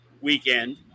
weekend